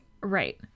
right